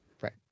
Right